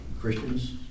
Christians